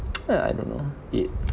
uh I don't know it